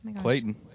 Clayton